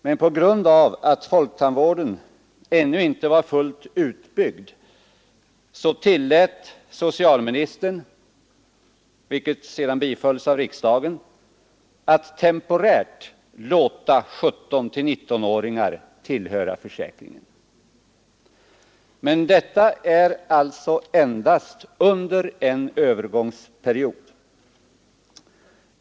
Men på grund av att folktandvården ännu inte var fullt utbyggd tillät socialministern — vilket sedan bifölls av riksdagen — att man temporärt skulle låta 17—19-åringar tillhöra försäkringen. Men detta är alltså endast under en övergångsperiod.